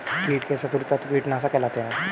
कीट के शत्रु तत्व कीटनाशक कहलाते हैं